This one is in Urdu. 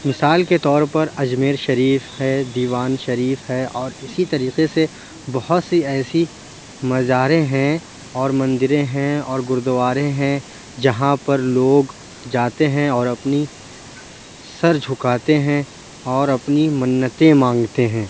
مثال کے طور پر اجمیر شریف ہے دیوان شریف ہے اور اِسی طریقے سے بہت سی ایسی مزار ہیں اور مندر ہیں اور گردوارے ہیں جہاں پر لوگ جاتے ہیں اور اپنی سر جُھکاتے ہیں اور اپنی منتیں مانگتے ہیں